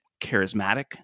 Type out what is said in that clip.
charismatic